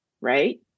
right